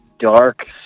dark